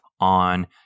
on